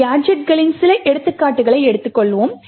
எனவே கேஜெட்களின் சில எடுத்துக்காட்டுகளை எடுத்துக்கொள்வோம்